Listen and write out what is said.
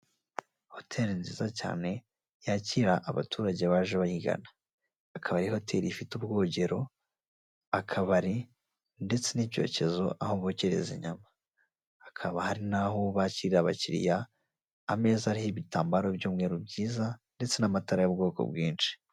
Hoteri nziza cyane yakira abaturage baje bayigana akaba ari hoteli ifite ubwogero akabari ndetse n'icyokezo, aho bokerereza inyama hakaba hari naho bakirariye abakiriya, ameza aho ibitambaro by'umweru byiza ndetse n'amatara y'ubwoko bwinshi.